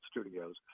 studios